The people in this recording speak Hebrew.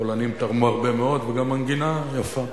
הפולנים תרמו מאוד, וגם מנגינה יפה.